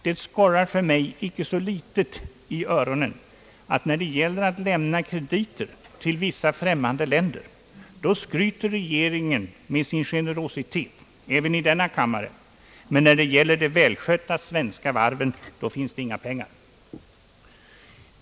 Det skorrar inte så litet i öronen på mig att regeringen, när det gäller att lämna krediter till vissa främmande länder, skryter med sin generositet, medan det när det gäller de välskötta svenska varven inte finns några pengar.